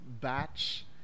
batch